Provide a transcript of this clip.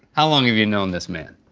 how long have you known this man?